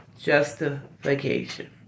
justification